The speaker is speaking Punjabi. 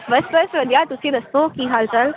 ਬਸ ਬਸ ਵਧੀਆ ਤੁਸੀਂ ਦੱਸੋ ਕੀ ਹਾਲ ਚਾਲ